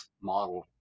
model